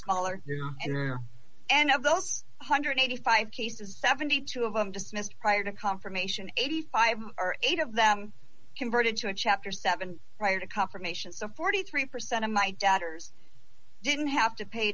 smaller and of those one hundred and eighty five cases seventy two of them dismissed prior to confirmation eighty five or eight of them converted to chapter seven prior to confirmation so forty three percent of my dad hers didn't have